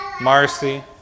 Marcy